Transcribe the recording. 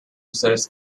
sets